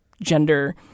gender